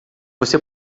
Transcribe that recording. você